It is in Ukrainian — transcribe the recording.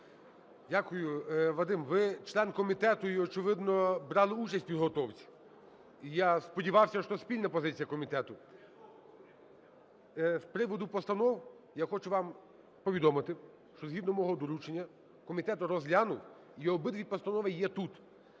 Дякую. Вадим, ви член комітету і, очевидно, брали участь в підготовці. Я сподівався, що спільна позиція комітету. З приводу постанов я хочу вам повідомити, що згідно мого доручення комітет розглянув і обидві постанови є тут.